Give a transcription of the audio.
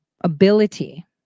ability